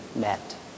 met